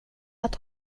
att